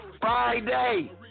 Friday